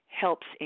helps